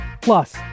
Plus